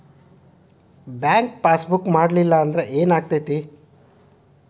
Bank passbook ಮಾಡಲಿಲ್ಲ ಅಂದ್ರೆ ಏನ್ ಆಗ್ತೈತಿ?